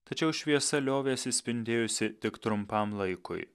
tačiau šviesa liovėsi spindėjusi tik trumpam laikui